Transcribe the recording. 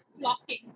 blocking